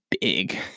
big